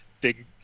big